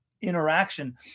interaction